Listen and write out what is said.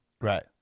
Right